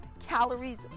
calories